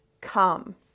come